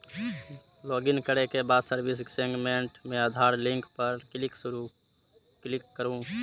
login करै के बाद सर्विस सेगमेंट मे आधार लिंक पर क्लिक करू